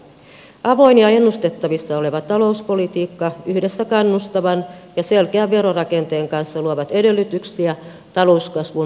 avoin ja ennustettavissa oleva talouspolitiikka yhdessä kannustavan ja selkeän verorakenteen kanssa luovat edellytyksiä talouskasvun saavuttamiseksi